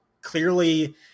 clearly